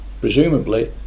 Presumably